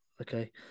Okay